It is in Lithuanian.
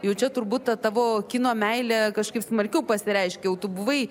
jau čia turbūt ta tavo kino meilė kažkaip smarkiau pasireiškia o tu buvai